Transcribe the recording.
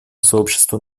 сообщества